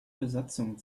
besatzung